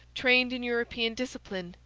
trained in european discipline,